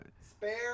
Spare